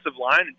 line